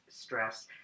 stress